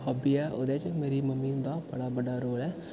हाबी ऐ ओह्दे च मेरी मम्मी हुंदा बड़ा बड्डा रोल ऐ